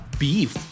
beef